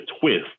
twist